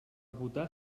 votar